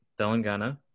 Telangana